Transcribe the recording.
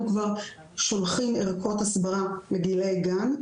אנחנו כבר שולחים ערכות הסברה לגילאי גן,